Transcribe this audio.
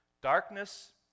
Darkness